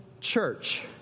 church